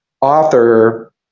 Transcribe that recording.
author